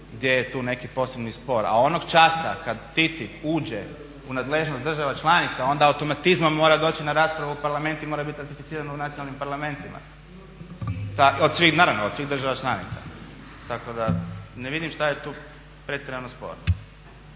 gdje je tu neki posebni spor. A onog časa kad TTIP uđe u nadležnost država članica onda automatizmom mora doći na raspravu u Parlament i mora biti ratificiran u nacionalnim parlamentima naravno od svih država članica. Tako da ne vidim što je tu pretjerano sporno.